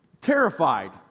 terrified